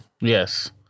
Yes